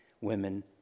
women